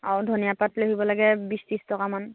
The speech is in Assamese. আউ ধনিয়া পাত লৈ আহিব লাগে বিশ ত্ৰিছ টকামান